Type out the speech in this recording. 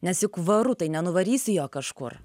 nes juk varu nenuvarysi jo kažkur